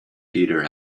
peter